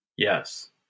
Yes